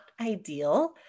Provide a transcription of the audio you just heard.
ideal